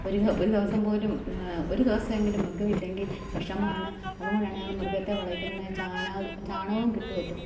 ഒരു ഒരു ദിവസം പോലും ഒരു ദിവസം എങ്കിലും മൃഗം ഇല്ലെങ്കിൽ വിഷമമാണ് അതുകൊണ്ടാണ് ഞങ്ങൾ മൃഗത്തെ വളയ്ക്കുന്നെ ചാണക് ചാണകവും കിട്ടുമല്ലോ